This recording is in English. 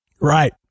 Right